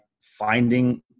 finding